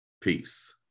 peace